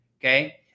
okay